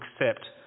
accept